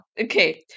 okay